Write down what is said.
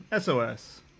SOS